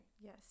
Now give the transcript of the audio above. Yes